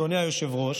אדוני היושב-ראש,